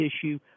issue